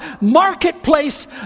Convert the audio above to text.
marketplace